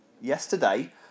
yesterday